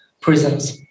prisons